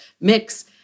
mix